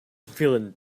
feeling